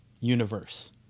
universe